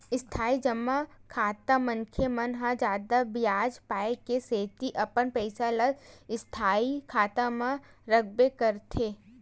इस्थाई जमा खाता मनखे मन ह जादा बियाज पाय के सेती अपन पइसा ल स्थायी खाता म रखबे करथे